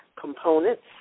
components